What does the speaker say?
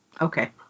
Okay